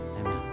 Amen